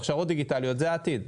הכשרות דיגיטליות זה העתיד,